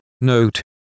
note